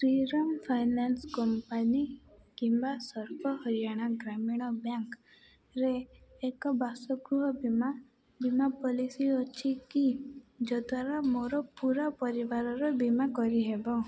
Shriram finance company କିମ୍ବା ସର୍ବ ହରିୟାଣା ଗ୍ରାମୀଣ ବ୍ୟାଙ୍କ୍ରେ ଏକ ବାସଗୃହ ବୀମା ବୀମା ପଲିସି ଅଛି କି ଯଦ୍ଵାରା ମୋର ପୂରା ପରିବାରର ବୀମା କରିହେବ